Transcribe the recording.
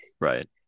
right